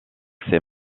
ces